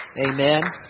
Amen